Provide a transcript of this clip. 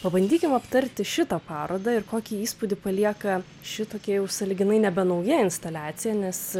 pabandykim aptarti šitą parodą ir kokį įspūdį palieka šitokia jau sąlyginai nebenauja instaliacija nes